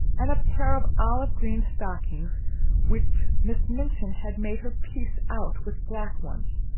and a pair of olive-green stockings which miss minchin had made her piece out with black ones,